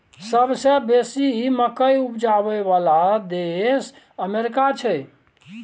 सबसे बेसी मकइ उपजाबइ बला देश अमेरिका छै